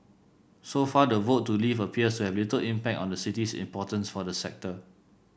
so far the vote to leave appears to have little impact on the city's importance for the sector